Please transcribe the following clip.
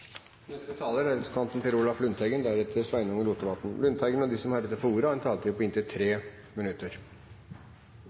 De talere som heretter får ordet, har en taletid på inntil